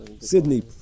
Sydney